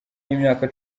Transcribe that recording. y’imyaka